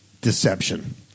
deception